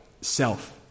self